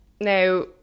now